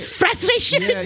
frustration